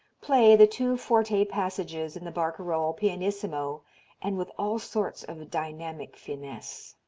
play the two forte passages in the barcarolle pianissimo and with all sorts of dynamic finesse.